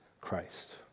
Christ